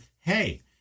hey